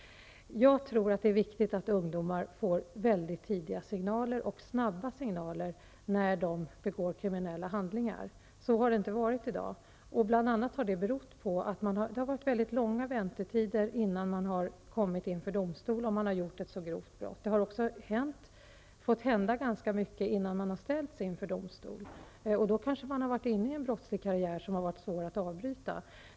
Jag tror att det är viktigt att ungdomar får mycket tidiga och snabba signaler när de begår kriminella handlingar. Så har det inte varit i dag. Det har varit mycket långa väntetider innan man har kommit inför domstol, om man har begått ett så grovt brott. Det har också fått hända ganska mycket innan man har ställts inför domstol. Då har man kanske varit inne i en brottslig karriär som varit svår att avbryta.